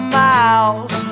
miles